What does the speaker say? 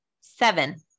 seven